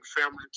family